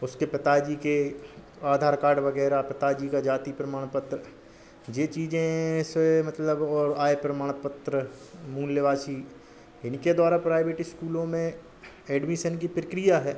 उसके पिता जी के आधार कार्ड वगैरह पिता जी का जाति प्रमाण पत्र ये चीजें से मतलब और आय प्रमाण पत्र मूल निवासी इनके द्वारा प्राइवेट इस्कूलों में एडमीसन की प्रक्रिया है